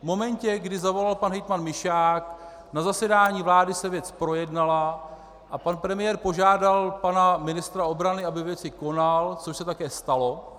V momentě, kdy zavolal pan hejtman Mišák, na zasedání vlády se věc projednala a pan premiér požádal pana ministra obrany, aby ve věci konal, což se také stalo.